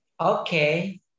Okay